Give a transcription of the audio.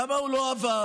למה הוא לא עבר?